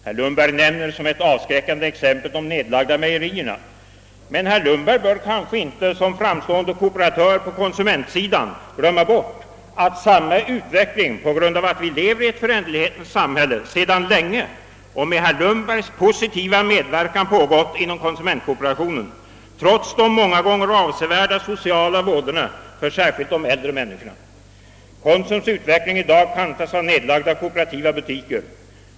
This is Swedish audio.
Herr Lundberg nämner som ett avskräckande exempel de nedlagda mejerierna, men herr Lundberg bör kanske inte som framstående kooperatör på konsumentsidan glömma bort att samma utveckling — på grund av att vi lever i ett föränderlighetens samhälle sedan länge och med herr Lundbergs positiva medverkan — pågått inom <konsumentkooperationen, trots de många gånger avsevärda sociala vådorna särskilt för de äldre människorna. Konsums utveckling i dag kantas av nedlagda kooperativa butiker.